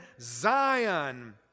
Zion